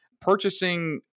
purchasing